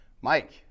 Mike